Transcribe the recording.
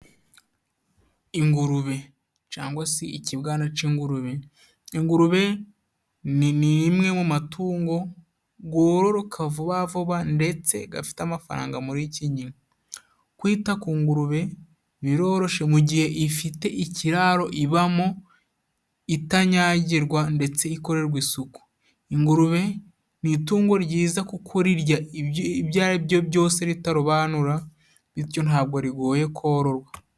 Ingurube cangwa se ikibwana c'ingurube. Ingurube ni imwe mu matungo gwororoka vuba vuba ndetse gafite amafaranga muri Kenya. Kwita ku ngurube biroroshe mu gihe ifite ikiraro ibamo itanyagirwa ndetse ikorerwa isuku. Ingurube ni itungo ryiza kuko rirya ibyo ari byo byose ritarobanura, bityo ntabwo rigoye kororwa.